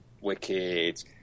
wicked